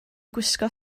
gwisgo